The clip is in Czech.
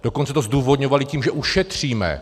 Dokonce to zdůvodňovali tím, že ušetříme.